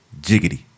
Jiggity